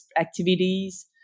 activities